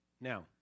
Now